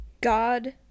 God